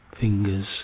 fingers